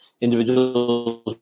individuals